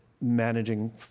managing